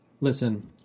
listen